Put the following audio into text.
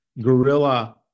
guerrilla